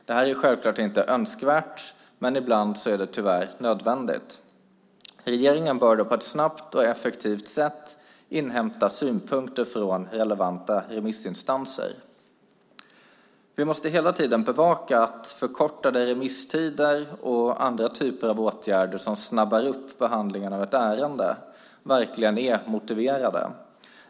Det här är självklart inte önskvärt, men ibland är det tyvärr nödvändigt. Regeringen bör då på ett snabbt och effektivt sätt inhämta synpunkter från relevanta remissinstanser. Vi måste hela tiden bevaka att förkortade remisstider och andra typer av åtgärder som snabbar upp behandlingen av ett ärende verkligen är motiverade.